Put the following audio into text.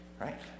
right